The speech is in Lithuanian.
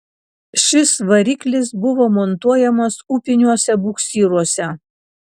šis variklis buvo montuojamas upiniuose buksyruose